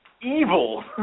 evil